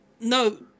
no